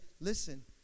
listen